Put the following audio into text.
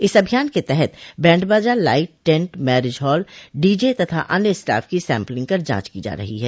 इस अभियान के तहत बैंडबाजा light tent marriage hall DJ तथा अन्य स्टाफ की सैम्पलिंग कर जांच की जा रही है